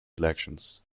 elections